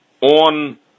on